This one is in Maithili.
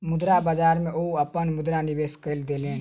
मुद्रा बाजार में ओ अपन मुद्रा निवेश कय देलैन